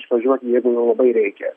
išvažiuoti jeigu nu labai reikia